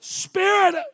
spirit